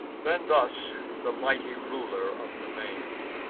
then thus the mighty ruler of the main